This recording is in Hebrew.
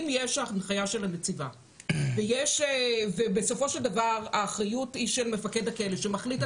אם יש הנחיה של הנציבה ובסופו של דבר האחריות היא של מפקד הכלא שמחליט,